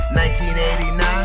1989